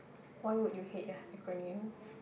why would you hate the acronym